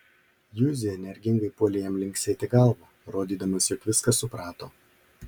juzė energingai puolė jam linksėti galva rodydamas jog viską suprato